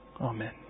Amen